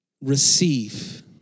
Receive